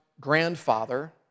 grandfather